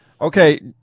Okay